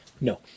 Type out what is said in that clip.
no